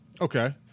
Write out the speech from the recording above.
Okay